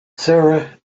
sara